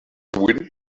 wind